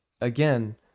again